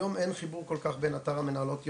היום אין חיבור כל כך בין אתר מנהלות יום,